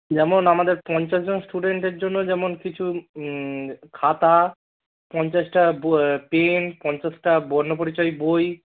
যেমন আমাদের পঞ্চাশজনন স্টুডেন্টের জন্য যেমন কিছু খাতা পঞ্চাশটা পেন পঞ্চাশটা বর্ণ পরচয় বই